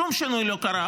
שום שינוי לא קרה,